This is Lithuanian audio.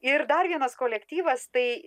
ir dar vienas kolektyvas tai